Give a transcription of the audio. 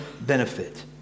benefit